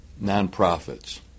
nonprofits